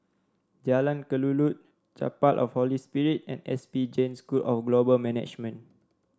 Jalan Kelulut Chapel of Holy Spirit and S P Jain School of Global Management